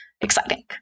exciting